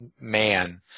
man